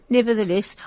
Nevertheless